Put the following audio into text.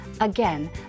Again